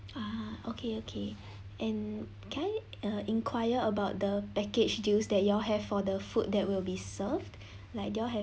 ah okay okay and can I uh enquire about the package deals that you all have for the foods that will be served like do you all have